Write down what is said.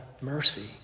mercy